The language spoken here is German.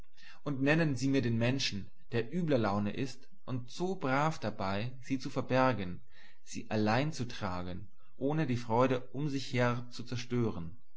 und nennen sie mir den menschen der übler laune ist und so brav dabei sie zu verbergen sie allein zu tragen ohne die freude um sich her zu zerstören